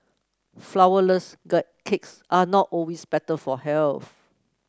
flourless cakes are not always better for health